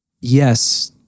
yes